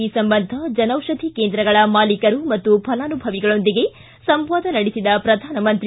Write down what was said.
ಈ ಸಂಬಂಧ ಜನೌಷಧ ಕೇಂದ್ರಗಳ ಮಾಲೀಕರು ಮತ್ತು ಫಲಾನುಭವಿಗಳೊಂದಿಗೆ ಸಂವಾದ ನಡೆಸಿದ ಶ್ರಧಾನಮಂತ್ರಿ